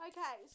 Okay